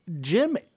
Jim